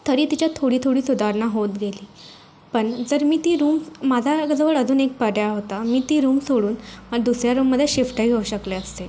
तरी तिच्यात थोडी थोडी सुधारणा होत गेली पण जर मी ती रूम माझाजवळ अजून एक पर्याय होता मी ती रूम सोडून दुसऱ्या रूममध्ये शिफ्टही होऊ शकले असते